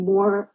More